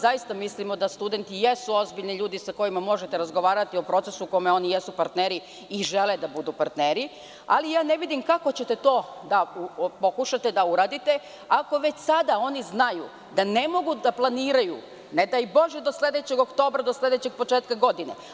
Zaista mislimo da studenti jesu ozbiljni ljudi sa kojima možete razgovarati o procesu u kome oni jesu partneri i žele da budu partneri, ali ne vidim kako ćete to da pokušate da uradite, ako već sada oni znaju da ne mogu da planiraju, ne daj bože, do sledećeg oktobra, do sledećeg početka godine.